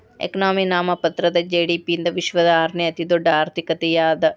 economy ನಾಮಮಾತ್ರದ GDP ಯಿಂದ ವಿಶ್ವದ ಆರನೇ ಅತಿದೊಡ್ಡ್ ಆರ್ಥಿಕತೆ ಅದ